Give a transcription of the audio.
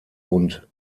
und